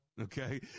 Okay